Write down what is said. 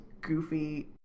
goofy